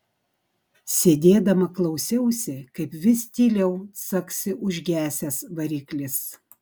sėdėdama klausiausi kaip vis tyliau caksi užgesęs variklis